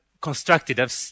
constructed